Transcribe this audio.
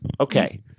okay